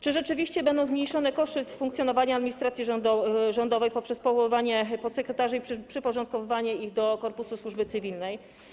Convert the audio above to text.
Czy rzeczywiście będą zmniejszone koszty funkcjonowania administracji rządowej poprzez powoływanie podsekretarzy i przyporządkowywanie ich do korpusu służby cywilnej?